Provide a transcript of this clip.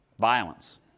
violence